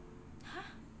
!huh!